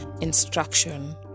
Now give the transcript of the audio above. instruction